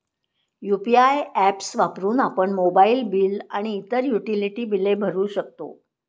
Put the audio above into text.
UPI apps वापरून आपण mobile bill आणि इतर युटिलिटी बिले भरू शकतो